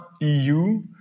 EU